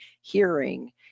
hearing